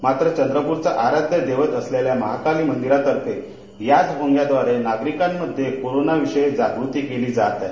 मात्र चंद्रपूरचं आराध्य दैवत असलेल्या माहाकाली मंदिरातर्फे याच भोंग्याद्वारे नागरिकांमध्ये कोरोना विषयक जागृती केली जात आहे